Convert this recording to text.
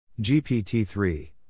GPT-3